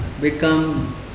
become